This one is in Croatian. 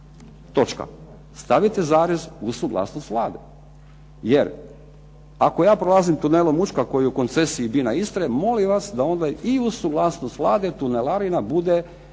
Stavite zarez uz suglasnost Vlade. Jer ako ja prolazim tunelom Učka koji je u koncesiji BINA Istre molim vas da onda i uz suglasnost Vlade tunelarina bude